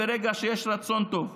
ברגע שיש רצון טוב.